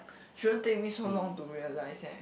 shouldn't take me so long to realise eh